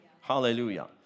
Hallelujah